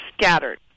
scattered